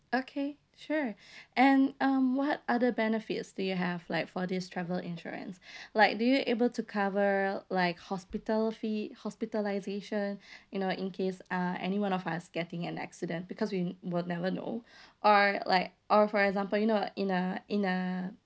okay sure and um what other benefits do you have like for this travel insurance like do you able to cover like hospital fee hospitalisation you know in case uh anyone of us getting an accident because we would never know or like or for example you know in a in a